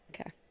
Okay